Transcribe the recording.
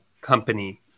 company